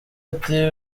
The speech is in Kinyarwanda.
ati